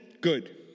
good